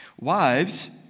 ...wives